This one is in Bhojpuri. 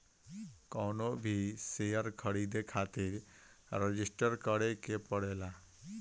कवनो भी शेयर खरीदे खातिर रजिस्टर करे के पड़ेला